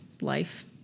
life